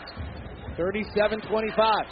37-25